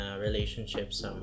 relationships